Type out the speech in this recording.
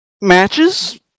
matches